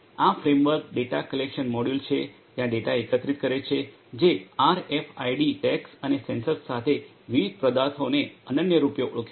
આ framework data collection module છે ત્યાં ડેટા એકત્રિત કરે છે જે આરએફઆઈડી ટૅગ્સ અને સેન્સર સાથે વિવિધ પદાર્થોને અનન્ય રૂપે ઓળખે છે